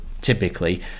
typically